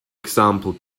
example